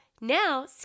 now